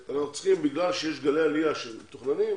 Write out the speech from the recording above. ובגלל שיש גלי עלייה שמתכוננים,